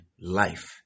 life